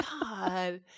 God